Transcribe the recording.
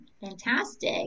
fantastic